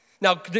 Now